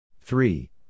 three